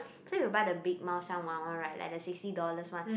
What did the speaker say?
so you buy the big 猫山王:Mao Shan Wang one right like the sixty dollars one